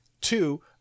Two